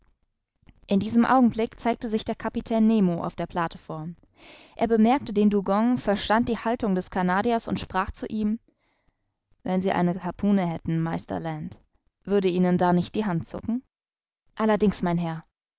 in diesem augenblick zeigte sich der kapitän nemo auf der plateform er bemerkte den dugong verstand die haltung des canadiers und sprach zu ihm wenn sie eine harpune hätten meister land würde ihnen da nicht die hand zucken allerdings mein herr